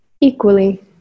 equally